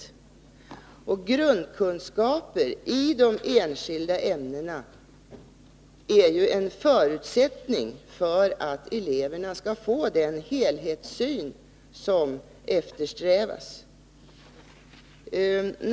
Grundkunskaperna i de enskilda ämnena är ju en förutsättning för att eleverna skall få den helhetssyn som eftersträvas.